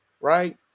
right